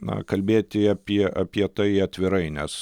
na kalbėti apie apie tai atvirai nes